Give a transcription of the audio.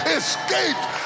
escaped